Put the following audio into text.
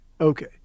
okay